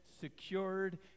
secured